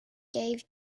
gave